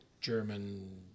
German